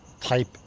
type